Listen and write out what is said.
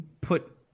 put